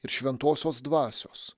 ir šventosios dvasios